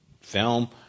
film